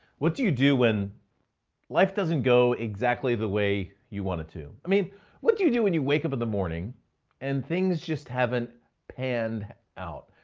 what do you do when life doesn't go exactly the way you want it to? i mean what you do when you wake up in the morning and things just haven't panned out.